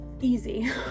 easy